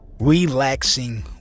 relaxing